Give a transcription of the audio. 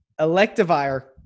Electivire